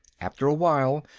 after a while,